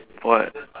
what